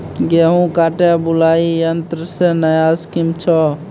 गेहूँ काटे बुलाई यंत्र से नया स्कीम छ?